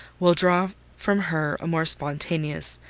will draw from her a more spontaneous,